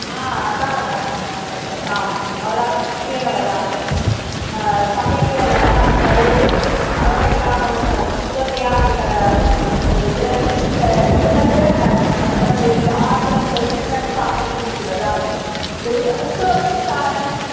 हा करोमि अहं त तां वदामि निश्चयेन वदामि सम्यक्तया व्यवहारं करोतु अवकरिकां भवती शुद्धतया एका तद् ड्रै कृते पृथक् तत् अनन्तरं वेट् आर्द्रं तत् पृथक् स्थापयतु इति वदामि पूर्वम् उक्तवती सा न शृ